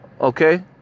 okay